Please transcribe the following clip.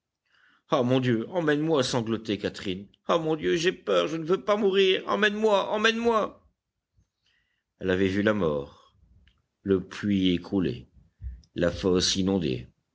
ah mon dieu emmène-moi sanglotait catherine ah mon dieu j'ai peur je ne veux pas mourir emmène-moi emmène-moi elle avait vu la mort le puits écroulé la fosse inondée